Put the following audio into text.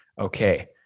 Okay